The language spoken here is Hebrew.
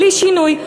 בלי שינוי.